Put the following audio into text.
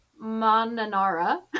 Mananara